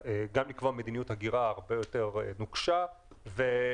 לקבוע מדיניות הגירה הרבה יותר נוקשה ועקבית,